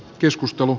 keskustelu